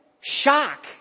shock